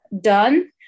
done